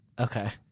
Okay